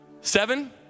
seven